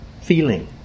feeling